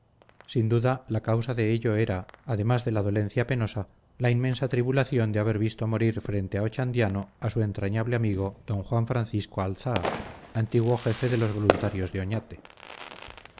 sin duda la causa de ello era además de la dolencia penosa la inmensa tribulación de haber visto morir frente a ochandiano a su entrañable amigo d juan francisco alzaa antiguo jefe de los voluntarios de oñate